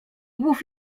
głów